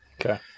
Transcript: Okay